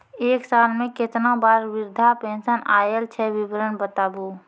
एक साल मे केतना बार वृद्धा पेंशन आयल छै विवरन बताबू?